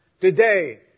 Today